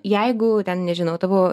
jeigu ten nežinau tavo